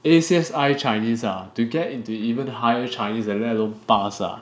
A_C_S_I chinese ah to get into even higher chinese and then low pass ah